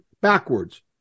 backwards